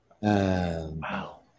Wow